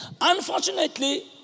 Unfortunately